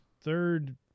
third